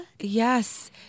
Yes